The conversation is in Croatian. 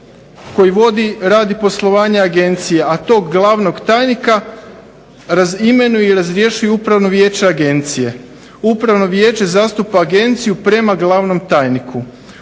koji vodi rad i poslovanje Agencije, a tog glavnog tajnika imenuje i razrješuje upravno vijeće Agencije. Upravno vijeće zastupa Agenciju prema glavnom tajniku.